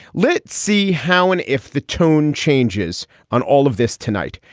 let's see how and if the tone changes on all of this tonight.